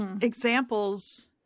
Examples